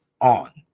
on